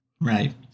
right